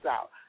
out